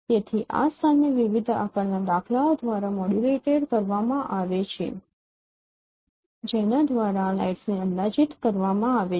તેથી આ સ્થાનને વિવિધ આકારના પેટર્ન્સ દ્વારા મોડ્યુલેટેડ કરવામાં આવે છે જેના દ્વારા આ લાઇટ્સ ને અંદાજવામાં આવે છે